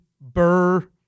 Burr